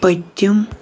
پٔتِم